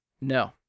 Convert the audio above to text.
no